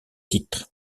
titre